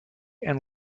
and